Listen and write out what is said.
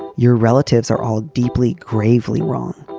your relatives are all deeply, gravely wrong.